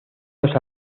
los